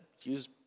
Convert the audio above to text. use